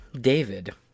David